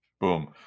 boom